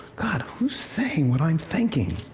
god, who's saying what i'm thinking?